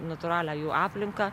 natūralią jų aplinką